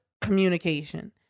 communication